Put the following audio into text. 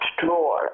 drawer